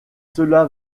cela